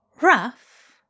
rough